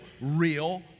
real